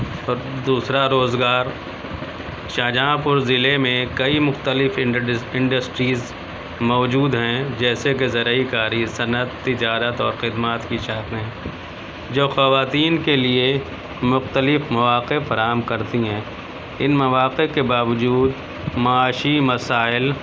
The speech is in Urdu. دوسرا روزگار شاہجہاں پور ضلع میں کئی مختلف انڈسٹریز موجود ہیں جیسے کہ زرعی کاری صنعت تجارت اور خدمات کی شاخیں جو خواتین کے لیے مختلف مواقع فراہم کرتی ہیں ان مواقع کے باوجود معاشی مسائل